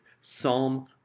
Psalm